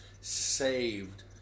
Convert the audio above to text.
saved